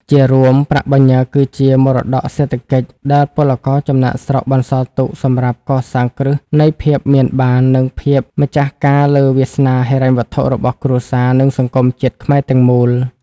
ជារួម ប្រាក់បញ្ញើគឺជា "មរតកសេដ្ឋកិច្ច" ដែលពលករចំណាកស្រុកបន្សល់ទុកសម្រាប់កសាងគ្រឹះនៃភាពមានបាន និងភាពម្ចាស់ការលើវាសនាហិរញ្ញវត្ថុរបស់គ្រួសារ និងសង្គមជាតិខ្មែរទាំងមូល។